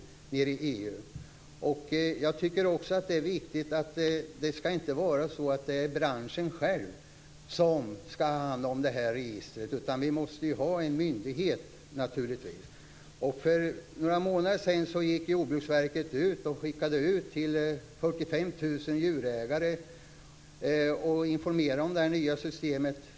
Jag tycker också att det är viktigt att det inte är branschen själv som skall ha hand om det här registret, utan vi måste naturligtvis ha en myndighet. För några månader sedan gick Jordbruksverket ut till 45 000 djurägare och informerade om det här nya systemet.